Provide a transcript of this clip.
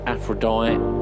Aphrodite